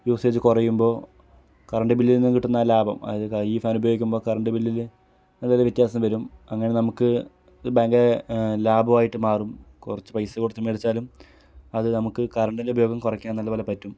usage കുറയുമ്പോൾ current ബില്ലീന്ന് കിട്ടുന്ന ലാഭം അത് ഈ ഫാൻ ഉപയോഗിയ്ക്കുമ്പോൾ കരണ്ട് ബില്ലിൽ നല്ലപോലെ വ്യത്യാസം വരും അങ്ങനെ നമുക്ക് അത് ഭയങ്കരെ ലാഭം ആയിട്ട് മാറും കുറച്ച് പൈസ കൊടുത്ത് മേടിച്ചാലും അത് നമുക്ക് കരണ്ടിന്റെയുപയോഗം കുറയ്ക്കാൻ നല്ല പോലെ പറ്റും